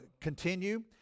continue